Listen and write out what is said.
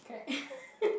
correct